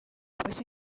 police